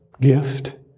gift